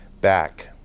back